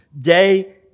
day